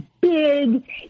big